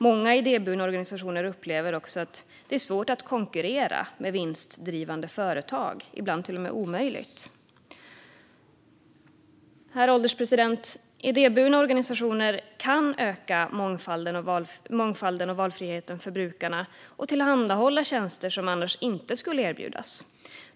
Många idéburna organisationer upplever också att det är svårt, ibland till och med omöjligt, att konkurrera med vinstdrivande företag. Herr ålderspresident! Idéburna organisationer kan öka mångfalden och valfriheten för brukarna och tillhandahålla tjänster som annars inte skulle erbjudas.